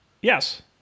Yes